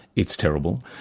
it's terrible.